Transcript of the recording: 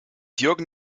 jürgen